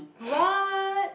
what